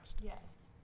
yes